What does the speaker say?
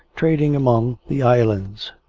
trading among the islands.